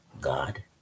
God